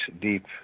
deep